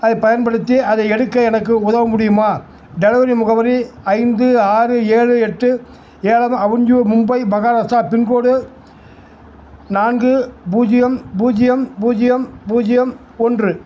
ஐப் பயன்படுத்தி அதை எடுக்க எனக்கு உதவ முடியுமா டெலவரி முகவரி ஐந்து ஆறு ஏழு எட்டு ஏலம் அவென்யூ மும்பை மகாராஷ்டிரா பின்கோடு நான்கு பூஜ்ஜியம் பூஜ்ஜியம் பூஜ்ஜியம் பூஜ்ஜியம் ஒன்று